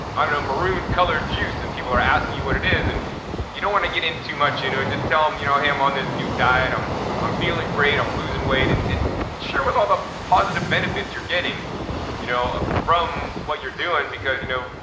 i don't know, maroon colored juice and people are asking you what it is and you don't want to get in to much into it just tell them you know hey i'm on this new diet, um i'm feeling great, i'm losing weight and and share what all the positive benefits you're getting you know ah from what you're doing because, you know,